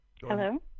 Hello